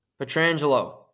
Petrangelo